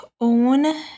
own